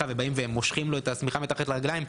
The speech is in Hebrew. ובאים ומושכים לו את השמיכה מתחת לרגליים,